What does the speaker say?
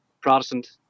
protestant